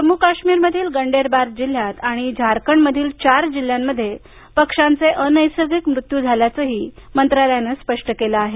जम्मू काश्मीरमधील गंडेरबाल जिल्ह्यात आणि झारखंडमधील चार जिल्ह्यांमध्ये पक्ष्यांचे अनैसर्गिक मृत्यू झाल्याचं असंही मंत्रालयानं स्पष्ट केलं आहे